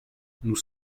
nous